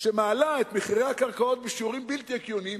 שמעלה את מחירי הקרקעות בשיעורים בלתי הגיוניים,